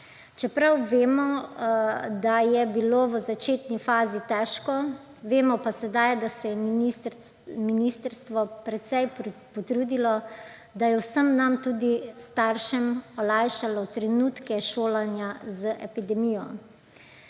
Čeprav vemo, da je bilo v začetni fazi težko, vemo pa sedaj, da se je ministrstvo precej potrudilo, da je vsem nam, tudi staršem, olajšalo trenutke šolanja z epidemijo.